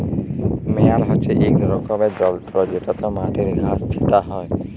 মেয়ার হছে ইক রকমের যল্তর যেটতে মাটির ঘাঁস ছাঁটা হ্যয়